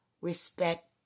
respect